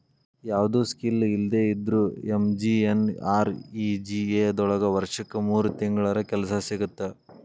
ಯಾವ್ದು ಸ್ಕಿಲ್ ಇಲ್ದೆ ಇದ್ರೂ ಎಂ.ಜಿ.ಎನ್.ಆರ್.ಇ.ಜಿ.ಎ ದೊಳಗ ವರ್ಷಕ್ ಮೂರ್ ತಿಂಗಳರ ಕೆಲ್ಸ ಸಿಗತ್ತ